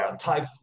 type